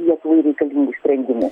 lietuvai reikalingų sprendimų